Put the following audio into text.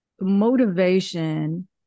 motivation